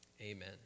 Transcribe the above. amen